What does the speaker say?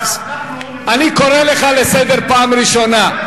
הרי אנחנו, אני קורא אותך לסדר פעם ראשונה.